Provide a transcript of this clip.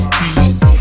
peace